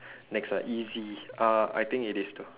next one easy uh I think it is though